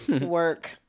Work